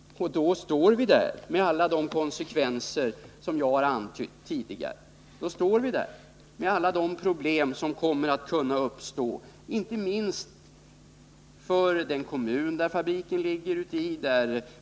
Då får vi ta alla de konsekvenser som jag har antytt här tidigare. Då står vi där med alla de problem som kan bli följden, inte minst för den kommun där fabriken ligger.